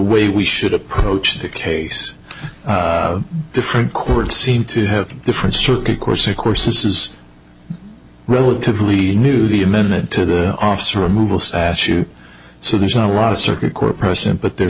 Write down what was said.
way we should approach the case different chords seem to have different circuit course of course this is relatively new the a minute to the officer removal statute so there's not a lot of circuit court precedent but there